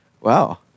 Wow